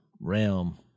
realm